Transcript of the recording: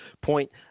point